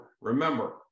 remember